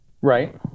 Right